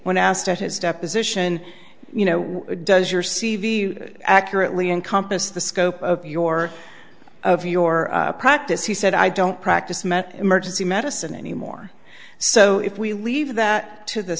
at his deposition you know does your c v accurately encompass the scope of your of your practice he said i don't practice met emergency medicine anymore so if we leave that to the